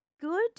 Good